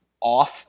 off